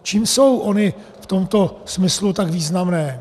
Čím jsou ony v tomto smyslu tak významné?